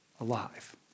alive